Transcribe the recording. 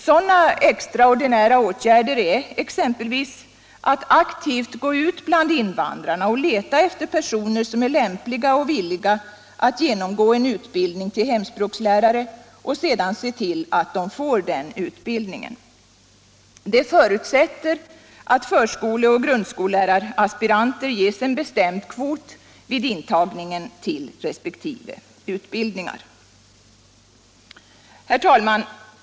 Sådana extraordinära åtgärder är exempelvis att aktivt gå ut bland invandrarna och leta efter personer som är lämpliga och villiga att genomgå en utbildning till hemspråkslärare och sedan se till, att de får den utbildningen. Det förutsätter att förskoleoch grundskoleläraraspiranter ges en bestämd kvot vid intagningen till resp. utbildningar. Herr talman!